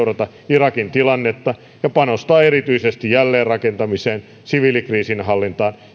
irakin tilannetta ja panostaa erityisesti jälleenrakentamiseen siviilikriisinhallintaan ja